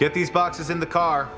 get these boxes in the car